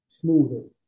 smoother